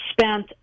spent